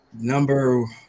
number